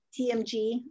TMG